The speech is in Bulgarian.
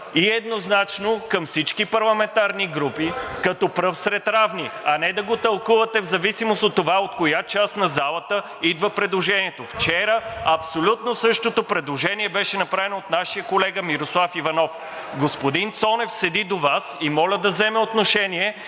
и еднозначно към всички парламентарни групи като пръв сред равни, а не да го тълкувате в зависимост от това от коя част на залата идва предложението. Вчера абсолютно същото предложение беше направено от нашия колега Мирослав Иванов. Господин Цонев седи до Вас и моля да вземе отношение